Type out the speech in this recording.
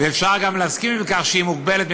ואפשר גם להסכים עם כך שהיא מוגבלת,